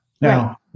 now